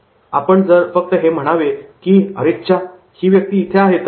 आपण फक्त हे म्हणावे की 'अरेच्या ती व्यक्ती तिथे आहे